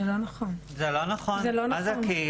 זה לא נכון, מה זה הקהילה?